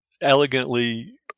elegantly